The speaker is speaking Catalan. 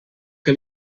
que